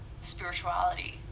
spirituality